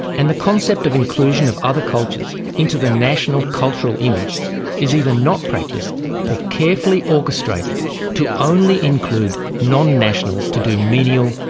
and the concept of inclusion of other cultures into the national cultural image is either not practiced or carefully orchestrated to only include non-nationals to do menial,